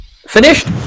finished